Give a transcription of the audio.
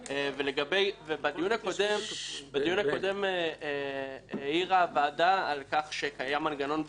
בדיון הקודם העירה הוועדה על כך שקיים מנגנון בקרה.